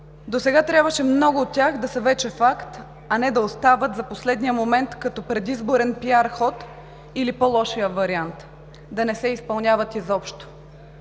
Досега трябваше много от тях да са вече факт, а не да остават за последния момент като предизборен пиар ход. Или по-лошият вариант – да не се изпълняват изобщо.